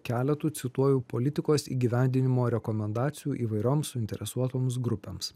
keletu cituoju politikos įgyvendinimo rekomendacijų įvairioms suinteresuotoms grupėms